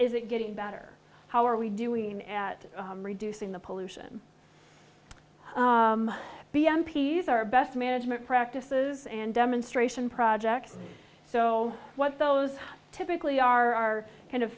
is it getting better how are we doing at reducing the pollution the m p s are best management practices and demonstration projects so what those typically are kind of